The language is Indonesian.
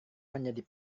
menjadi